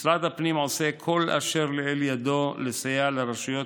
משרד הפנים עושה כל אשר לאל ידו לסייע לרשויות